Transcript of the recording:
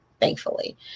thankfully